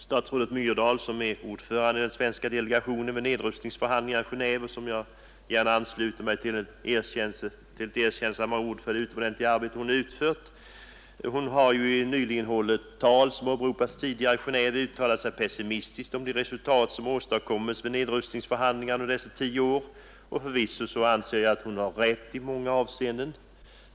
Statsrådet Myrdal, som är ordförande i den svenska delegationen vid nedrustningsförhandlingarna i Genéve — och jag instämmer gärna i de erkännsamma ord som uttalats om det utomordentliga arbete hon utfört — har i ett nyligen hållet tal i Genéve uttalat sig pessimistiskt om de resultat som åstadkommits vid nedrustningsförhandlingarna under dessa tio år, och förvisso har hon rätt i många avseenden.